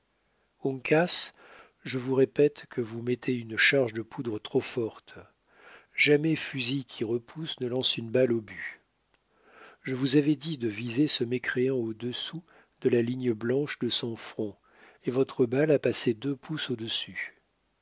quartier uncas je vous répète que vous mettez une charge de poudre trop forte jamais fusil qui repousse ne lance une balle au but je vous avais dit de viser ce mécréant au-dessous de la ligne blanche de son front et votre balle a passé deux pouces